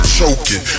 choking